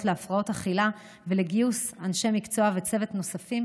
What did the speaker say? להפרעות אכילה ולגיוס אנשי מקצוע וצוות נוספים,